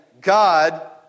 God